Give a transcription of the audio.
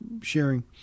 sharing